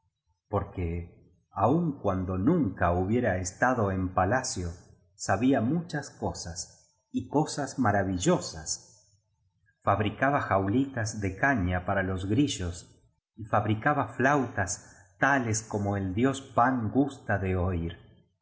porque aun cuando nunca hubiera estado en palacio sabía muchas cosas y cosas maravillosas fabricaba jaulitas de caña para los gri llos y fabricaba flautas tales como el dios pan gusta de oir